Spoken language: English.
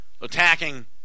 attacking